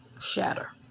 shatter